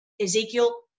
Ezekiel